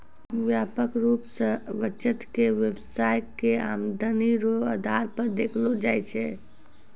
व्यापक रूप से बचत के व्यवसाय के आमदनी रो आधार पर देखलो जाय छै